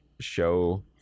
show